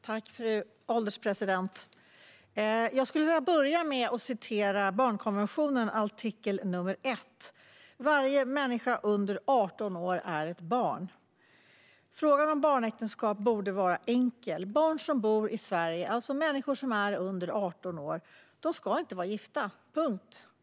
Fru ålderspresident! Jag skulle vilja börja med att hänvisa till barnkonventionen, artikel 1: Varje människa under 18 år är ett barn. Frågan om barnäktenskap borde vara enkel. Människor som bor i Sverige och är under 18 år ska inte vara gifta. Punkt.